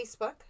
Facebook